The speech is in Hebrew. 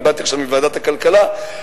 באתי עכשיו מוועדת הכלכלה,